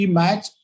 match